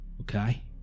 okay